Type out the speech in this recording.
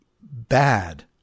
bad